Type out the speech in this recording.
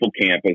campus